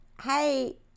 Hey